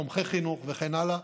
בתומכי חינוך וכן הלאה.